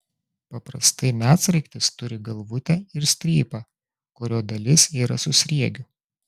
paprastai medsraigtis turi galvutę ir strypą kurio dalis yra su sriegiu